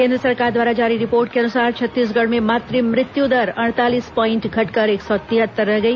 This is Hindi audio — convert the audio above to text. केन्द्र सरकार द्वारा जारी रिपोर्ट के अनुसार छत्तीसगढ़ में मातृ मृत्यु दर अड़तालीस पाईंट घटकर एक सौ तिहत्तर रह गई